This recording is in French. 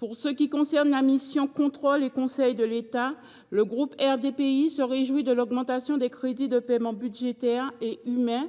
En ce qui concerne la mission « Conseil et contrôle de l’État », le groupe RDPI se réjouit de l’augmentation des moyens budgétaires et humains